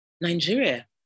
Nigeria